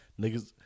niggas